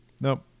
Nope